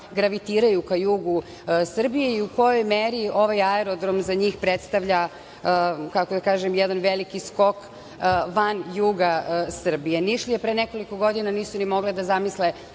gravitiraju ka jugu Srbiji i u kojoj meri je ovaj aerodrom za njih predstavlja, kako da kažem, jedan veliki skok van juga Srbije. Nišlije pre nekoliko godina nisu ni mogle da zamisle